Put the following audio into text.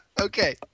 Okay